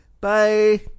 Bye